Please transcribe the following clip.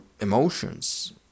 emotions